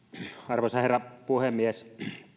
arvoisa herra puhemies